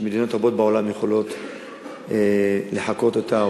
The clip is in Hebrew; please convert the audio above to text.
שמדינות רבות בעולם יכולות לחקות אותה,